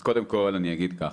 אז קודם כל אני אגיד ככה,